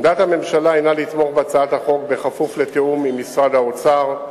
עמדת הממשלה היא לתמוך בהצעת החוק כפוף לתיאום עם משרד האוצר,